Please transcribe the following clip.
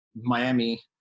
Miami